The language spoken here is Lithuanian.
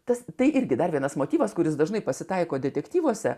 tas tai irgi dar vienas motyvas kuris dažnai pasitaiko detektyvuose